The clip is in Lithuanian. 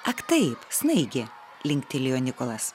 ak taip snaigė linktelėjo nikolas